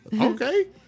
Okay